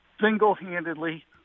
single-handedly